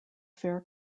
fare